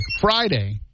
Friday